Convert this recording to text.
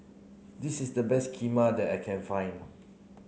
this is the best Kheema that I can find